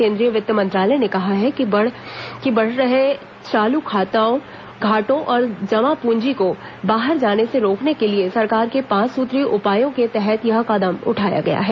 केंद्रीय वित्त मंत्रालय ने कहा है कि बढ़ रहे चालू खाताओं घाटों और जमा पूंजी को बाहर जाने से रोकने के लिए सरकार के पांच सूत्रीय उपायों के तहत यह कदम उठाया गया है